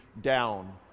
down